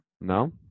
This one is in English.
No